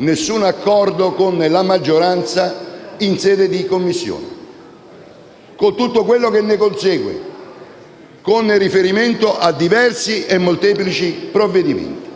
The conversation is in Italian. alcun accordo con la maggioranza in sede di Commissione, con tutto quello che ne consegue con riferimento a molteplici e diversi provvedimenti.